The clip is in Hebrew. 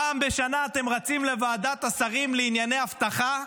פעם בשנה אתם רצים לוועדת השרים לענייני אבטחה,